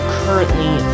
currently